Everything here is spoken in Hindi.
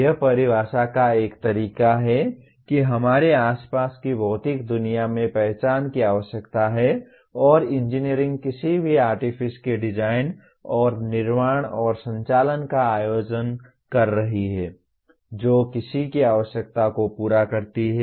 यह परिभाषा का एक तरीका है कि हमारे आसपास की भौतिक दुनिया में पहचान की आवश्यकता है और इंजीनियरिंग किसी भी आर्टिफिस के डिजाइन और निर्माण और संचालन का आयोजन कर रही है जो किसी की आवश्यकता को पूरा करती है